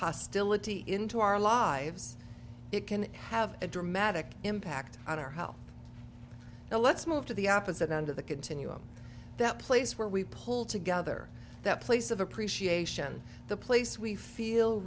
hostility into our lives it can have a dramatic impact on our health now let's move to the opposite end of the continuum that place where we pull together that place of appreciation the place we feel